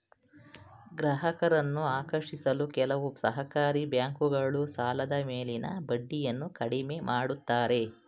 ಗ್ರಾಹಕರನ್ನು ಆಕರ್ಷಿಸಲು ಕೆಲವು ಸಹಕಾರಿ ಬ್ಯಾಂಕುಗಳು ಸಾಲದ ಮೇಲಿನ ಬಡ್ಡಿಯನ್ನು ಕಡಿಮೆ ಮಾಡುತ್ತಾರೆ